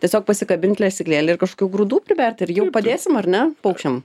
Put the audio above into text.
tiesiog pasikabint lesyklėlę ir kažkokių grūdų priberti ir jau padėsim ar ne paukščiam